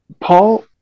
Paul